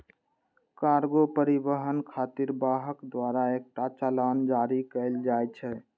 cargo परिवहन खातिर वाहक द्वारा एकटा चालान जारी कैल जाइ छै